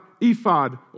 ephod